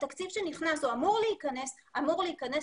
התקציב שנכנס או אמור להיכנס אמור להיכנס